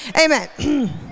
Amen